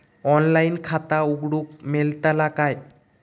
Online खाता उघडूक मेलतला काय?